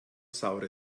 saure